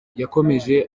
yakomeje